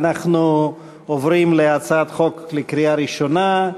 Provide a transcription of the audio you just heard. אנחנו עוברים להצעת חוק לקריאה ראשונה,